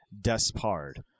Despard